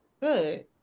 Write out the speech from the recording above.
Good